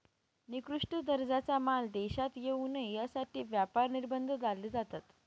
निकृष्ट दर्जाचा माल देशात येऊ नये यासाठी व्यापार निर्बंध लादले जातात